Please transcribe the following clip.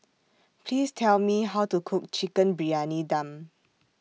Please Tell Me How to Cook Chicken Briyani Dum